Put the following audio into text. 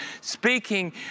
speaking